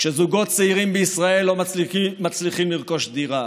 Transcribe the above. כשזוגות צעירים בישראל לא מצליחים לרכוש דירה?